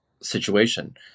situation